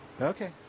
Okay